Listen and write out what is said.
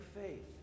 faith